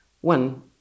one